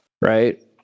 Right